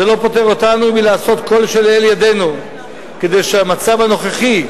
זה לא פוטר אותנו מלעשות כל שלאל ידנו כדי שהמצב הנוכחי,